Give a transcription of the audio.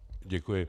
Děkuji.